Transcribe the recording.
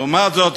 לעומת זאת,